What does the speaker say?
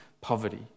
poverty